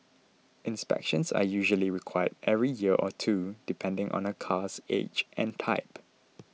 inspections are usually required every year or two depending on a car's age and type